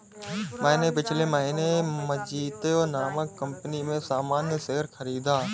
मैंने पिछले महीने मजीतो नामक कंपनी में सामान्य शेयर खरीदा